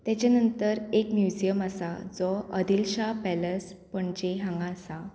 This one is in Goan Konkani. तेच्या नंतर एक म्युजियम आसा जो अदिलशा पॅलस पणजे हांगा आसा